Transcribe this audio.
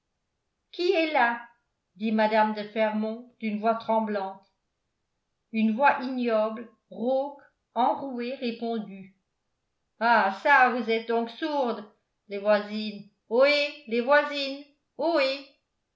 qui est là dit mme de fermont d'une voix tremblante une voix ignoble rauque enrouée répondit ah çà vous êtes donc sourdes les voisines ohé les voisines ohé